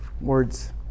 words